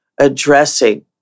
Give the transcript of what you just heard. addressing